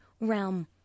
realm